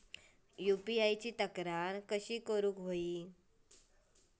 UPI ची तक्रार कशी करुची हा?